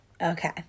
okay